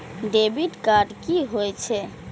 Debit card की होय छे?